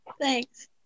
Thanks